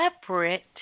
Separate